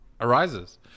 arises